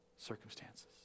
Circumstances